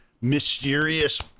mysterious